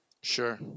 Sure